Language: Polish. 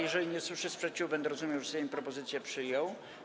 Jeżeli nie usłyszę sprzeciwu, będę rozumiał, że Sejm propozycję przyjął.